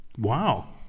Wow